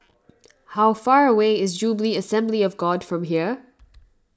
how far away is Jubilee Assembly of God from here